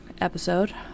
episode